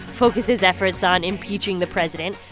focus his efforts on impeaching the president.